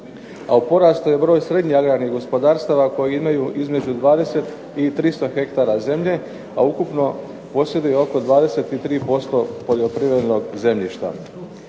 a u porastu je broj srednje agrarnih gospodarstava koji imaju između 20 i 300 hektara zemlje, a ukupno posjeduje oko 23% poljoprivrednog zemljišta.